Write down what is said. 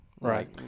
Right